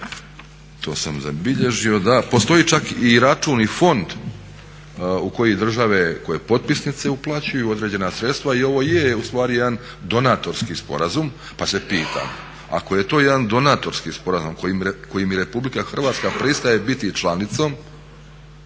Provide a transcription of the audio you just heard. to sam zabilježio, postoji čak i račun i fond u koji države potpisnice uplaćuju određena sredstva i ovo je ustvari jedan donatorski sporazum pa se pitam ako je to jedan donatorski sporazum kojim RH pristaje biti članicom,